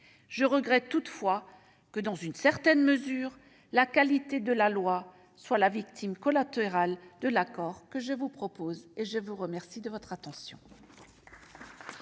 Je regrette toutefois que, dans une certaine mesure, la qualité de la loi soit la victime collatérale de l'accord que je vous propose. La parole est à M. Jean-Luc